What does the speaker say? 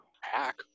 hack